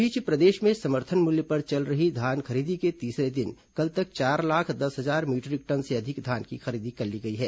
इस बीच प्रदेश में समर्थन मूल्य पर चल रहे धान खरीदी के तीसरे दिन कल तक चार लाख दस हजार मीटरिक टन से अधिक धान की खरीदी कर ली गई है